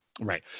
right